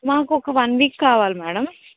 మాకు ఒక one week కావాలి మేడం